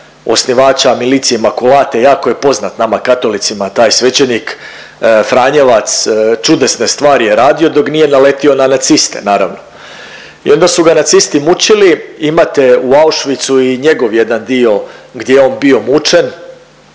osnivača Millitia Immaculatae jako je poznat nama Katolicima taj svećenik, franjevac čudesne stvari je radi dok nije naletio na naciste naravno. I onda su ga nacisti mučili, imate u Auschwitzu i njegov jedan dio gdje je on bio mučen